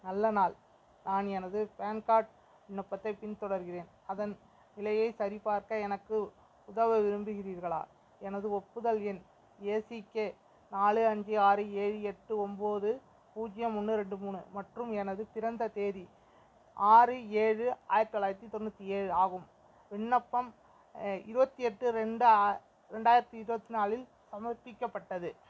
நல்ல நாள் நான் எனது பான் கார்ட் விண்ணப்பத்தை பின் தொடர்கிறேன் அதன் நிலையை சரிபார்க்க எனக்கு உதவ விரும்புகிறீர்களா எனது ஒப்புதல் எண் ஏசிகே நாலு அஞ்சு ஆறு ஏழு எட்டு ஒன்போது பூஜ்யம் ஒன்று ரெண்டு மூணு மற்றும் எனது பிறந்த தேதி ஆறு ஏழு ஆயிரத்தி தொள்ளாயிரத்தி தொண்ணூற்றி ஏழு ஆகும் விண்ணப்பம் இருபத்தி எட்டு ரெண்டு ரெண்டாயிரத்தி இருபத்தி நாலில் சமர்ப்பிக்கப்பட்டது